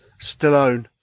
Stallone